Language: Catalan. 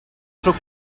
sóc